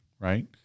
right